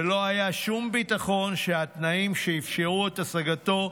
ולא היה שום ביטחון שהתנאים שאפשרו את השגתו,